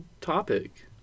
topic